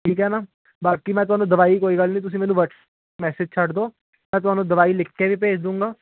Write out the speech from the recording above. ਠੀਕ ਹੈ ਨਾ ਬਾਕੀ ਮੈਂ ਤੁਹਾਨੂੰ ਦਵਾਈ ਕੋਈ ਗੱਲ ਨਹੀਂ ਤੁਸੀਂ ਮੈਨੂੰ ਵਟਸ ਮੈਸੇਜ ਛੱਡ ਦਿਓ ਮੈਂ ਤੁਹਾਨੂੰ ਦਵਾਈ ਲਿਖ ਕੇ ਵੀ ਭੇਜ ਦਉਂਗਾ